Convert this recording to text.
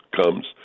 comes